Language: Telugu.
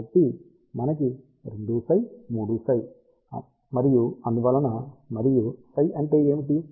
కాబట్టి మనకి 2ψ 3ψ మరియు అందువలన మరియు ψ అంటే ఏమిటి